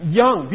young